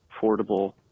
affordable